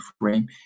frame